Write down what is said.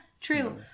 true